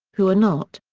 who are not.